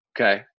Okay